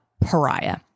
pariah